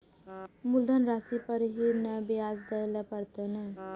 मुलधन राशि पर ही नै ब्याज दै लै परतें ने?